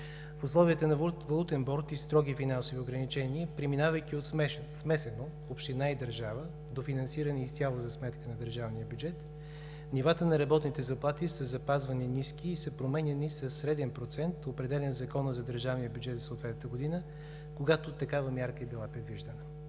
В условията на валутен борд и строги финансови ограничения, преминавайки от смесена – община и държава, до финансиране изцяло за сметка на държавния бюджет, нивата на работните заплати са запазвани ниски и са променяни със среден процент, определен в Закона за държавния бюджет за съответната година, когато такава мярка е била предвиждана.